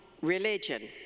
religion